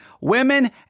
women